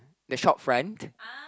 the short front